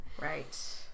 Right